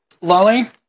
Lolly